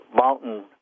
mountain